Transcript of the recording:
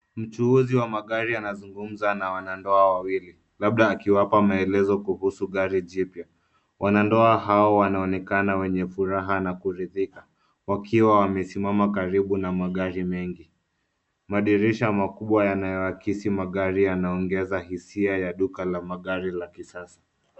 Mchuuzi wa magari anazungumza a wanando wawili labda akiwapa maelezo kuhusu gari jipya. Wanandoa hao wanaonekana wenye furaha na na kuridhika wakiwa wamesimama karibu na magari mengi. Madirisha makubwa yanayoakisi magari yanaongeza hisia ya duka ya magari la kisasa.